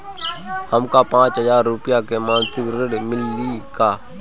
हमका पांच हज़ार रूपया के मासिक ऋण मिली का?